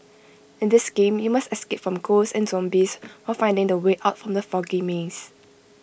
in this game you must escape from ghosts and zombies while finding the way out from the foggy maze